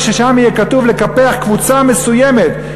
ששם יהיה כתוב לקפח קבוצה מסוימת,